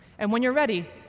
and, when you're ready,